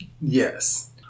yes